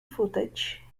footage